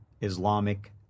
Islamic